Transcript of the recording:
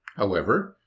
however,